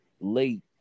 late